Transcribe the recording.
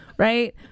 Right